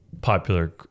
popular